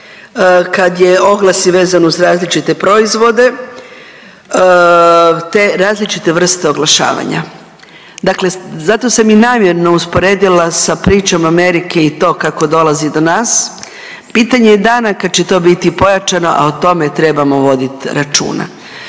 kad je oglas i vezan uz različite proizvode, te različite vrste oglašavanja. Dakle zato sam i namjerno usporedila sa pričom Amerike i to kako dolazi do nas, pitanje je dana kada će to biti pojačano, a o tome trebamo vodit računa.